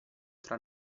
tra